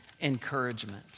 encouragement